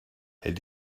hält